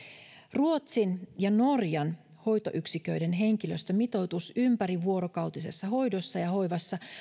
ruotsin ja norjan hoitoyksiköiden henkilöstömitoitus ympärivuorokautisessa hoidossa ja hoivassa